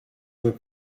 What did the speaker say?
were